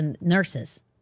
nurses